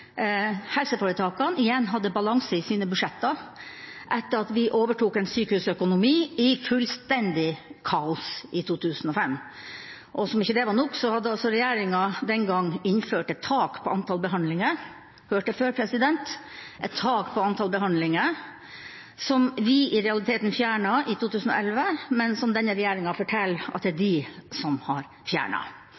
helseforetakene igjen hadde balanse i sine budsjetter etter at vi overtok en sykehusøkonomi i fullstendig kaos i 2005. Som om ikke det var nok, hadde regjeringa den gangen innført et tak på antall behandlinger – har presidenten hørt det før? – som vi i realiteten fjernet i 2011, men som denne regjeringa forteller at det er